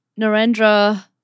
Narendra